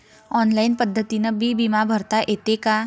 Online पद्धतीनं बी बिमा भरता येते का?